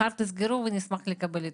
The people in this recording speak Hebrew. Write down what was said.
מחר תסגרו ונשמח לקבל עדכון.